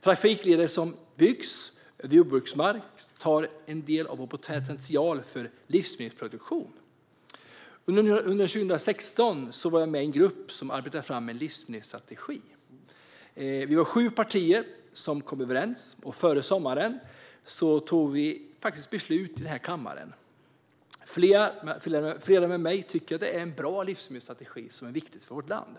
Trafikleder som byggs över jordbruksmark tar en del av vår potential för livsmedelsproduktion. Under 2016 var jag med i en grupp som arbetade fram en livsmedelsstrategi. Vi var sju partier som kom överens. Före sommaren fattade vi beslut i kammaren. Flera med mig tycker att det är en bra livsmedelsstrategi som är viktig för vårt land.